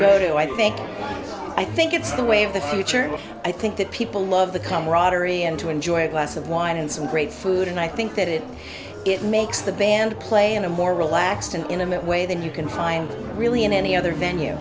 know i think i think it's the way of the future i think that people love the camaraderie and to enjoy a glass of wine and some great food and i think that it it makes the band play in a more relaxed and intimate way than you can find really in any other venue